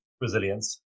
resilience